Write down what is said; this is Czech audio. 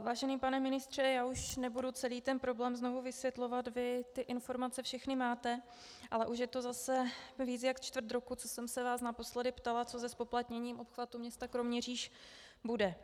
Vážený pane ministře, já už nebudu celý ten problém znovu vysvětlovat, vy ty informace všechny máte, ale už je to zase více jak čtvrt roku, co jsem se vás naposledy ptala, co se zpoplatněním obchvatu města Kroměříž bude.